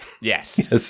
Yes